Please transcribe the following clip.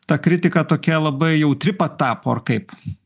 ta kritika tokia labai jautri patapo ar kaip